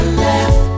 left